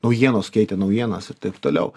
naujienos keitė naujienas ir taip toliau